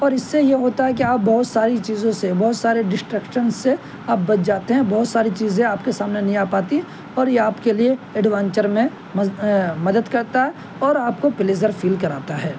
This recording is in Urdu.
اور اس سے یہ ہوتا ہے کہ آپ بہت ساری چیزوں سے بہت سارے ڈشٹرکشن سے آپ بچ جاتے ہیں بہت ساری چیزیں آپ کے سامنے نہیں آ پاتی اور یہ آپ کے لیے ایڈوینچر میں مدد کرتا ہے اور آپ کو پلیزر فیل كراتا ہے